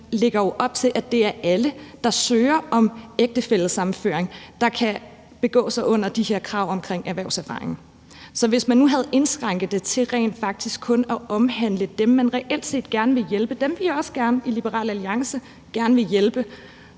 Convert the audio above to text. lægger op til, at det er alle, der søger om ægtefællesammenføring, der skal kunne leve op til de her krav omkring erhvervserfaring. For hvis man nu havde indskrænket det til rent faktisk kun at omhandle dem, man reelt set gerne vil hjælpe, og som vi også gerne i Liberal Alliance vil hjælpe,